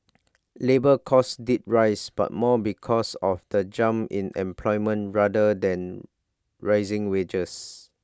labour costs did rise but more because of the jump in employment rather than rising wages